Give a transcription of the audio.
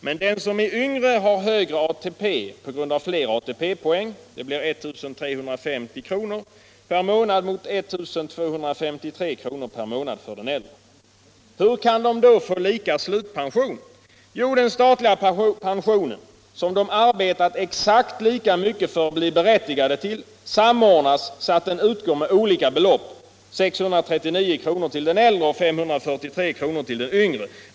Men den som är yngre har högre ATP på grund av fler ATP-poäng, 1 350 kr. per månad mot 1 253 kr. per månad för den äldre. Hur kan de då få samma slutpension? Jo, den statliga pensionen, som de arbetat exakt lika mycket för att bli berättigade till, samordnas så att den utgår med olika belopp, 639 kr. till den äldre och 543 kr. till den yngre.